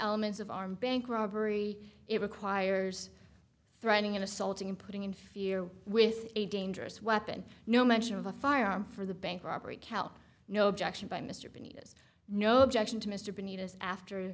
elements of armed bank robbery it requires threatening in assaulting and putting in fear with a dangerous weapon no mention of a firearm for the bank robbery cow no objection by mr binnie has no objection to mr